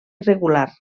irregular